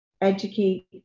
Educate